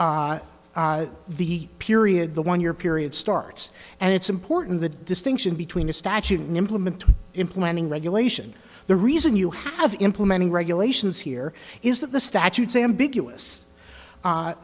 statute the period the one year period starts and it's important the distinction between a statute and implement implementing regulation the reason you have implementing regulations here is that the statutes ambiguous